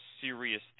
serious